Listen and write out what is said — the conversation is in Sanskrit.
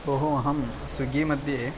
भोः अहं स्विग्गी मध्ये